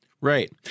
Right